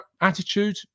attitude